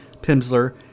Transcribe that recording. Pimsler